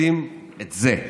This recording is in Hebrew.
עושים את זה,